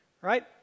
right